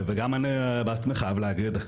וגם אני בעצמי חייב להגיד,